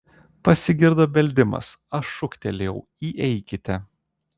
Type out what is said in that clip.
pasigirdo beldimas aš šūktelėjau įeikite